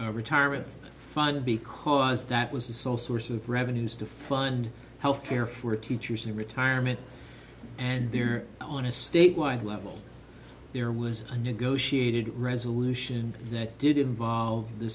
teachers retirement fund because that was the sole source of revenues to fund health care for teachers and retirement and they are on a statewide level there was a negotiated resolution that did involve the